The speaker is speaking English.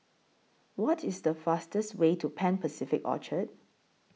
What IS The fastest Way to Pan Pacific Orchard